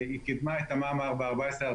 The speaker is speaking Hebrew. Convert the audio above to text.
היא קידמה את תמ"מ 4/14/42,